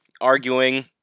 arguing